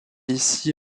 ici